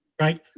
right